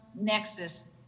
nexus